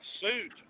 suit